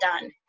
done